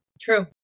True